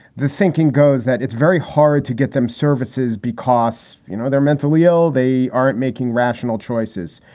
the thinking goes that it's very hard to get them services because you know they're mentally ill. they aren't making rational choices.